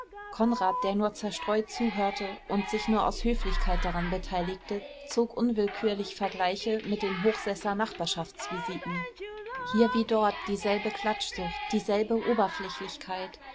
konrad der nur zerstreut zuhörte und sich nur aus höflichkeit daran beteiligte zog unwillkürlich vergleiche mit den hochsesser nachbarschaftsvisiten hier wie dort dieselbe klatschsucht dieselbe oberflächlichkeit